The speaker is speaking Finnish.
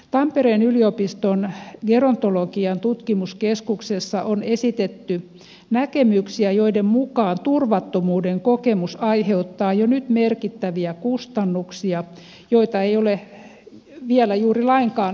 tampereen yliopiston gerontologian tutkimuskeskuksessa on esitetty näkemyksiä joiden mukaan turvattomuuden kokemus aiheuttaa jo nyt merkittäviä kustannuksia joita ei ole vielä juuri lainkaan selvitetty